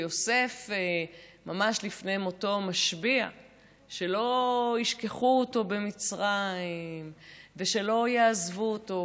ממש לפני מותו יוסף משביע שלא ישכחו אותו במצרים ושלא יעזבו אותו,